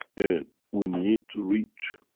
and we need to reach